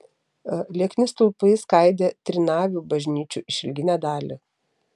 liekni stulpai skaidė trinavių bažnyčių išilginę dalį